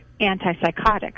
antipsychotics